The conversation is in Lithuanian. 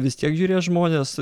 vis tiek žiūrės žmonės